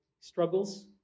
struggles